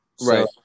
right